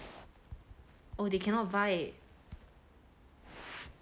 oh they cannot vibe